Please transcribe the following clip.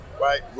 right